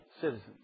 citizens